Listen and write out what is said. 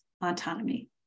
autonomy